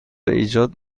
ایجاد